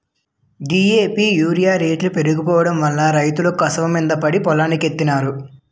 DAP urea రేట్లు పెరిగిపోడంవల్ల రైతులు కసవమీద పడి పొలానికెత్తన్నారు